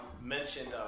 mentioned